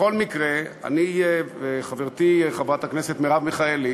אני וחברתי חברת הכנסת מרב מיכאלי